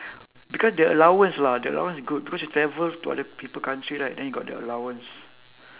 because the allowance lah the allowance is good because you travel to other people country right then you got the allowance